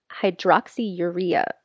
Hydroxyurea